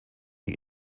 die